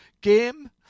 game